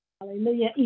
Hallelujah